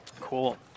Cool